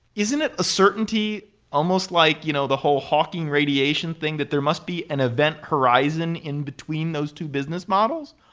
isn't it a certainty almost like you know the whole hawking radiation thing that there must be an event horizon in between those two business models?